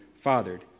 fathered